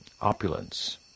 opulence